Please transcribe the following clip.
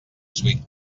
swing